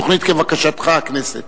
תוכנית כבקשתך הכנסת.